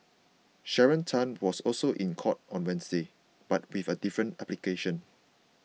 Sharon Tan was also in court on Wednesday but with a different application